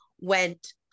went